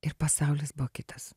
ir pasaulis buvo kitas